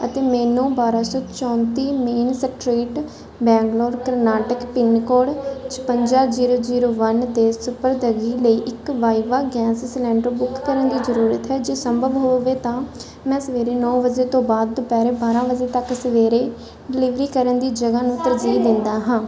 ਅਤੇ ਮੈਨੂੰ ਬਾਰ੍ਹਾਂ ਸੌ ਚੌਂਤੀ main street Bangalore Karnataka pin code ਛਪੰਜਾ ਜ਼ੀਰੋ ਜ਼ੀਰੋ ਵੰਨ 'ਤੇ ਸਪੁਰਦਗੀ ਲਈ ਇੱਕ ਵਾਈਵਾ ਗੈਸ ਸਿਲੰਡਰ ਬੁੱਕ ਕਰਨ ਦੀ ਜ਼ਰੂਰਤ ਹੈ ਜੇ ਸੰਭਵ ਹੋਵੇ ਤਾਂ ਮੈਂ ਸਵੇਰੇ ਨੌ ਵਜੇ ਤੋਂ ਬਾਅਦ ਦੁਪਹਿਰ ਬਾਰ੍ਹਾਂ ਵਜੇ ਤੱਕ ਸਵੇਰੇ ਡਿਲਿਵਰੀ ਕਰਨ ਦੀ ਜਗ੍ਹਾ ਨੂੰ ਤਰਜੀਹ ਦਿੰਦਾ ਹਾਂ